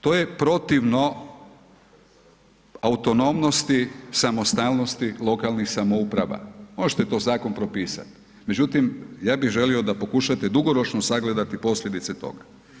To je protivno autonomnosti, samostalnosti lokalnih samouprava, može to zakon propisat, međutim, ja bi želio da pokušate dugoročno sagledati posljedice toga.